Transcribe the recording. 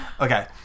Okay